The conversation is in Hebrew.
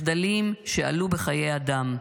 מחדלים שעלו בחיי אדם,